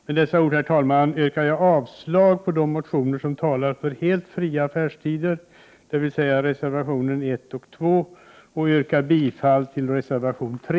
Med dessa ord, herr talman, yrkar jag avslag på de motioner som talar för helt fria affärstider, dvs. reservationerna 1 och 2, och bifall till reservation 3.